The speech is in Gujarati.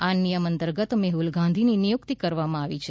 આ નિયમ અંતર્ગત મેહ઼લ ગાંધીની નિયુકિત કરવામાં આવી છે